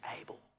able